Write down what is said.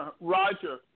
Roger